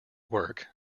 work